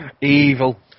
Evil